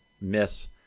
miss